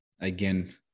again